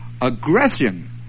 aggression